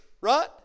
right